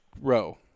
row